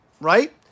right